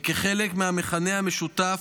כחלק מהמכנה המשותף,